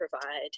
provide